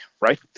right